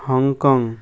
Hong Kong